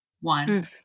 one